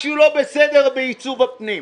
משהו לא בסדר בעיצוב הפנים.